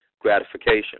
gratification